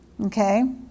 Okay